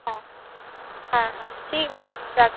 হ্যাঁ হ্যাঁ হ্যাঁ ঠিক আছে রাখছি